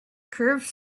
curved